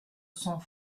sans